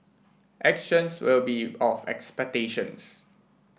actions will be of expectations